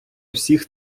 всіх